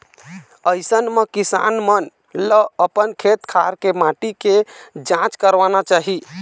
अइसन म किसान मन ल अपन खेत खार के माटी के जांच करवाना चाही